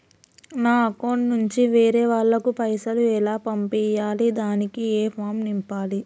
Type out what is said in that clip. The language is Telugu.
నా అకౌంట్ నుంచి వేరే వాళ్ళకు పైసలు ఎలా పంపియ్యాలి దానికి ఏ ఫామ్ నింపాలి?